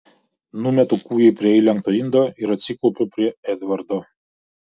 numetu kūjį prie įlenkto indo ir atsiklaupiu prie edvardo